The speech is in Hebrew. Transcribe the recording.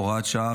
הוראת שעה,